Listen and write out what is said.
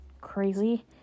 crazy